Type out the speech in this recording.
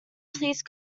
please